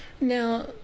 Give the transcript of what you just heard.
Now